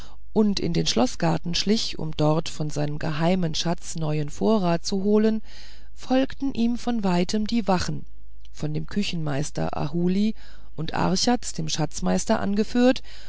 und in den schloßgarten schlich um dort von seinem geheimen schatze neuen vorrat zu holen folgten ihm von weitem die wachen von dem küchenmeister ahuli und archaz dem schatzmeister angeführt